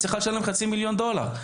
צריכה לשלם חצי מיליון דולר.